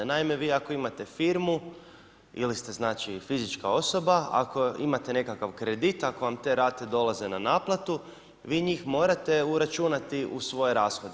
Naime vi ako imate firmu ili ste znači, fizička osoba ako imate nekakav kredit, ako vam te rate dolaze na naplatu, vi njih morate uračunati u svoje rashode.